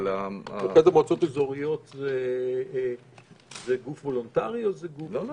מרכז המועצות האזוריות זה גם גוף וולונטרי -- לא.